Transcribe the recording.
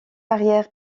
arrière